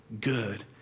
good